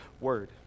word